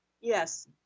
Yes